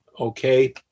okay